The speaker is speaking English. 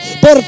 por